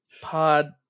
pod